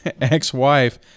ex-wife